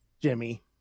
jimmy